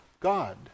God